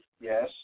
Yes